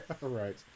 right